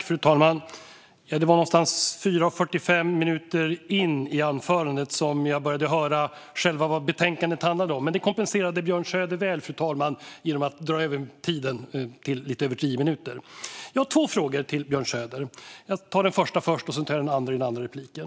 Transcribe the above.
Fru talman! Det var någonstans vid 4,45 in i anförandet som jag började höra vad själva betänkandet handlade om, men det kompenserade Björn Söder väl, fru talman, genom att dra över tiden till lite över tio minuter. Jag har två frågor till Björn Söder. Jag tar den första här och den andra i den andra repliken.